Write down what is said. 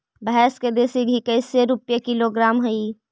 भैंस के देसी घी कैसे रूपये किलोग्राम हई?